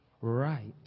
right